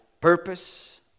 purpose